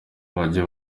bajye